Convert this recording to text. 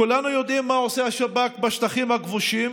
כולנו יודעים מה עושה השב"כ בשטחים הכבושים